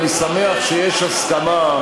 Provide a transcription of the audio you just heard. אני שמח שיש הסכמה,